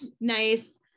Nice